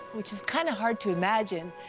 which is kind of hard to imagine,